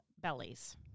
bellies